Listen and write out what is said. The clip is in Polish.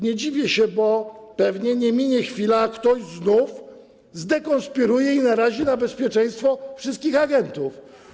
Nie dziwię się, bo pewnie nie minie chwila, a ktoś znów zdekonspiruje i narazi na bezpieczeństwo wszystkich agentów.